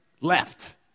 left